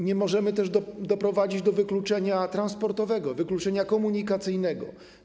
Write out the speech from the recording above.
Nie możemy też doprowadzić do wykluczenia transportowego, wykluczenia komunikacyjnego.